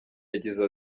yagize